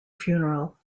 funeral